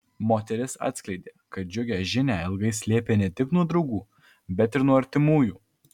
moteris atskleidė kad džiugią žinią ilgai slėpė ne tik nuo draugų bet ir nuo artimųjų